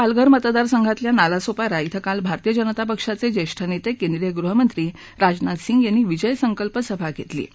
पालघर मतदार संघातल्या नालासोपारा इथं काल भारतीय जनता पक्षाचख्विष्ठनसीछीद्रीय गृहमंत्री राजनाथसिंह यांनी विजय संकल्प सभा घत्तीी